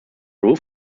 roof